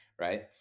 right